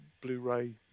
Blu-ray